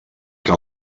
que